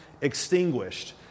extinguished